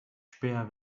späher